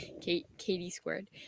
Katie-squared